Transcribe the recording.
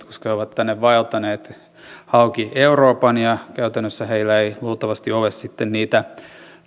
koska he ovat tänne vaeltaneet halki euroopan ja käytännössä heillä ei luultavasti ole sitten niitä